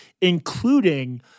including